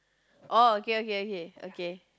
orh okay okay okay okay